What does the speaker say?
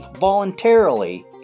voluntarily